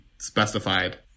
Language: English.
specified